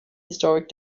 historic